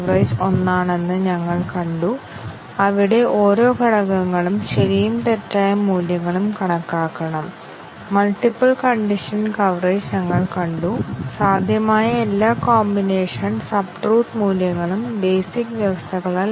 അവസാന സെഷനിൽ ഞങ്ങൾ കണ്ടീഷൻ ടെസ്റ്റിംങ് നോക്കുകയായിരുന്നു ഒരു ലളിതമായ കണ്ടീഷൻ ടെസ്റ്റിംഗ് നിങ്ങൾ ഓർക്കുന്നുവെങ്കിൽ ഓരോ ആറ്റോമിക് അവസ്ഥക്കും ട്രൂ ഫാൾസ് മൂല്യങ്ങൾ ഉള്ളതാണ്